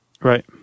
Right